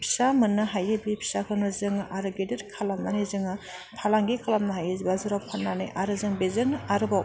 फिसा मोननो हायो बे फिसाखौनो जोङो आरो गेदेर खालामनानै जोंहा फालांगि खालामनो हायो बाजाराव फाननानै आरो जों बेजोंनो आरोबाव